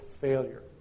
failure